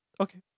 Okay